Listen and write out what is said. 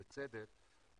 בצדק,